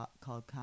called